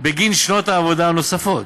בגין שנות העבודה הנוספות,